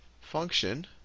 function